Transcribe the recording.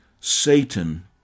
Satan